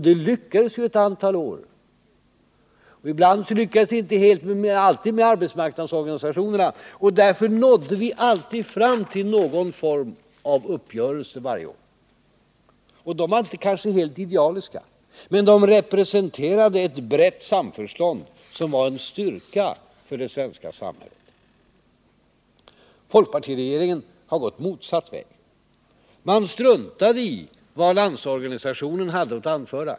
Det lyckades i ett antal år. Ibland lyckades det inte helt, men det lyckades alltid med arbetsmarknadsorganisationerna. Och därför nådde vi fram till någon form av uppgörelse varje gång. De var kanske inte alltid helt idealiska, men de representerade ett brett samförstånd som var en styrka för det svenska samhället. Folkpartiregeringen har gått motsatt väg. Man struntade i vad Landsorganisationen hade att anföra.